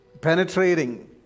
penetrating